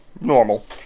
normal